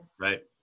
right